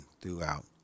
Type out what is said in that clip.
throughout